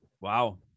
Wow